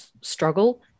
struggle